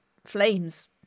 flames